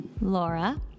Laura